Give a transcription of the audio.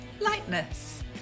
lightness